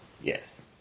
Yes